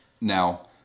Now